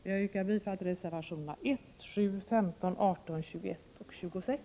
Jag yrkar bifall till reservationerna 1, 7, 15, 18, 21 och 26.